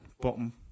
bottom